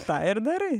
tą ir darai